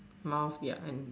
mouths yeah and